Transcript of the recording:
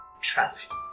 Trust